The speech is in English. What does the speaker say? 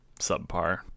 subpar